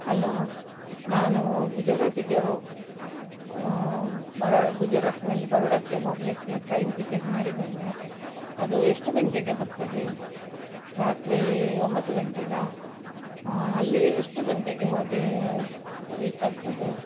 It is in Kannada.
ಹಲೋ ನಾನೂ ಗುಜರಾತಿಗೆ ಹೊ ಬರೋಡ ಗುಜರತ್ನಲ್ಲಿ ಬರೋಡಾಕ್ಕೆ ಹೋಗಲಿಕ್ಕೆ ಟ್ರೈನ್ ಟಿಕೆಟ್ ಮಾಡಿದೇನೆ ಅದು ಎಷ್ಟು ಗಂಟೆಗೆ ಬರ್ತದೆ ರಾತ್ರಿ ಒಂಬತ್ತು ಗಂಟೆಗ ಅಲ್ಲಿ ಎಷ್ಟು ಗಂಟೆಗೆ ಹೋಗಿ ರೀಚ್ ಆಗ್ತದೆ